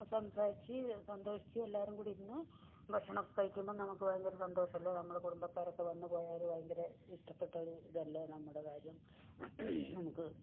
സംസാരിച്ച് സന്തോഷിച്ച് എല്ലാവരും കൂടി ഇരുന്ന് ഭക്ഷണം ഒക്കെ കഴിക്കുമ്പോൾ നമുക്ക് ഭയങ്കര സന്തോഷമല്ലേ നമ്മുടെ കുടുംബക്കാർ ഒക്കെ വന്ന് പോയാൽ ഭയങ്കര ഇഷ്ട്ടപ്പെട്ട ഒരു ഇതല്ലേ നമ്മുടെ കാര്യം നമുക്ക്